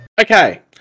Okay